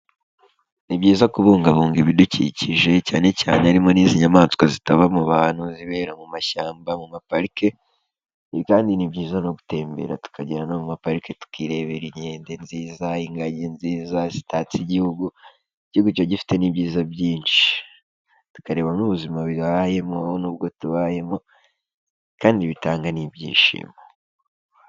Ni byiza kubungabunga ibidukikije cyane cyane harimo n'izi nyamaswa zitaba mu bantu zibera mu mashyamba, mu maparike, ibi kandi ni byiza no gutembera tukagera no mu maparike, tukirebera inkende nziza, ingagi nziza zitatse igihugu, igihugu kiba gifite n'ibyiza byinshi, tukareba nk'ubuzima bibayemo n'ubwo tubayemo, kandi bitanga n'ibyishimo.